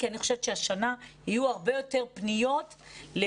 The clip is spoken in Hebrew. כי אני חושבת שהשנה יהיו הרבה יותר פניות למלגות.